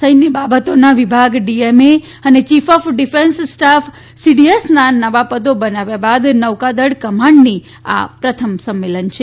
સૈન્ય બાતોના વિભાગ ડીએમએ અને ચીફ ઓફ ડીફેન્સ સ્ટાફ સીડીએસના નવા પદો બનાવ્યા બાદ નૌકાદળ કમાન્ડની આ પ્રથમ સંમેલન છે